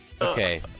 Okay